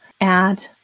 add